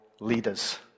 leaders